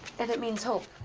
and it means hope,